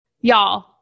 Y'all